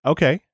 Okay